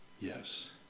Yes